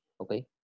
okay